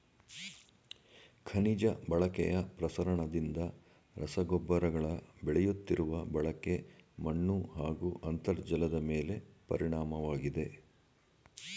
ಖನಿಜ ಬಳಕೆಯ ಪ್ರಸರಣದಿಂದ ರಸಗೊಬ್ಬರಗಳ ಬೆಳೆಯುತ್ತಿರುವ ಬಳಕೆ ಮಣ್ಣುಹಾಗೂ ಅಂತರ್ಜಲದಮೇಲೆ ಪರಿಣಾಮವಾಗಿದೆ